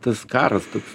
tas karas toks